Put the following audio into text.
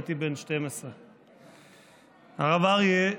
הייתי בן 12. הרב אריה,